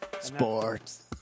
Sports